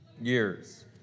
Years